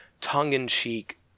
tongue-in-cheek